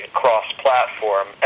cross-platform